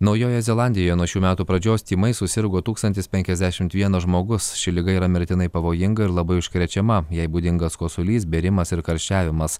naujojoje zelandijoje nuo šių metų pradžios tymais susirgo tūkstantis penkiasdešim vienas žmogus ši liga yra mirtinai pavojinga ir labai užkrečiama jai būdingas kosulys bėrimas ir karščiavimas